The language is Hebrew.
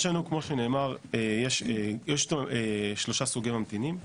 יש לנו, כמו שנאמר, שלושה סוגי ממתינים.